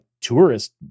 tourist